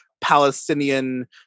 Palestinian